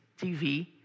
TV